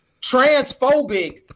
Transphobic